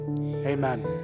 Amen